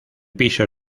piso